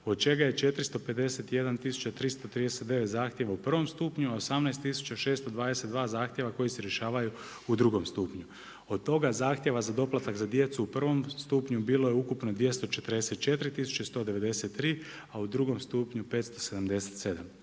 od čega je 451339 zahtjeva u prvom stupnju, a 18622 zahtjeva koji se rješavaju u drugom stupnju. Od toga zahtjeva za doplatak za djecu u prvom stupnju bilo je ukupno 244 tisuće i 193 a u drugom stupnju 577.